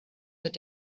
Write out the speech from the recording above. mit